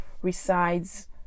resides